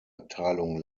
abteilung